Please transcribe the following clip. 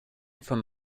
from